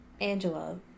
Angela